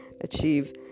achieve